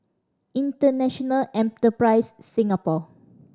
International Enterprise Singapore